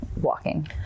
walking